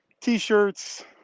T-shirts